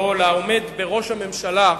או לעומד בראש הממשלה,